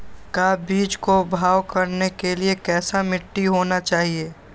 का बीज को भाव करने के लिए कैसा मिट्टी होना चाहिए?